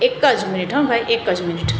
એક જ મિનિટ હોં ભાઈ એક જ મિનિટ